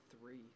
three